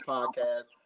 Podcast